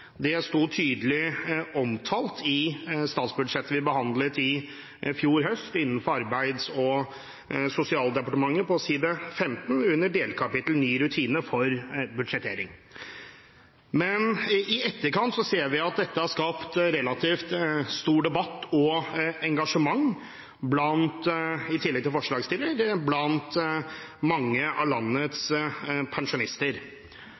Det sto tydelig omtalt i statsbudsjettet for Arbeids- og sosialdepartementet som vi behandlet i fjor høst, på side 15 i proposisjonen under delkapittel Ny rutine for budsjettering. I etterkant ser vi at dette har skapt relativt stor debatt og engasjement blant mange av landets pensjonister, i tillegg til forslagsstiller.